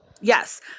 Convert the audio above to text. Yes